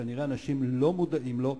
שכנראה אנשים לא מודעים לו.